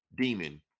demon